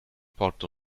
porto